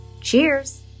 Cheers